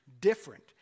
different